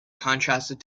contrasted